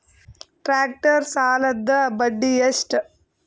Tractor ಸಾಲದ್ದ ಬಡ್ಡಿ ಎಷ್ಟ?